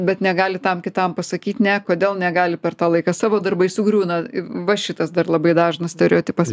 bet negali tam kitam pasakyti ne kodėl negali per tą laiką savo darbai sugriūna va šitas dar labai dažnas stereotipas